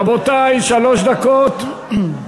רבותי, שלוש דקות,